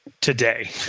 today